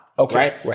Okay